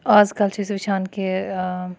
آزکَل چھِ أسۍ وٕچھان کہِ